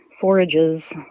forages